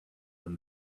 than